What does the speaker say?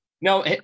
no